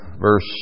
verse